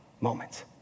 moments